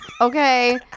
okay